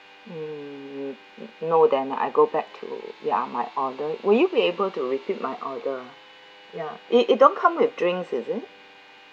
mm no then I go back to ya my order would you be able to repeat my order ya it it don't come with drinks is it